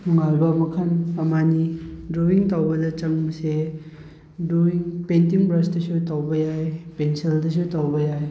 ꯅꯨꯡꯉꯥꯏꯕ ꯃꯈꯜ ꯑꯃꯅꯤ ꯗ꯭ꯔꯣꯋꯤꯡ ꯇꯧꯕꯗ ꯆꯪꯕꯁꯦ ꯗ꯭ꯔꯣꯋꯤꯡ ꯄꯦꯟꯇꯤꯡ ꯕ꯭ꯔꯁꯇꯁꯨ ꯇꯧꯕ ꯌꯥꯏ ꯄꯦꯟꯁꯤꯜꯗꯁꯨ ꯇꯧꯕ ꯌꯥꯏ